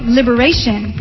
liberation